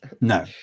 No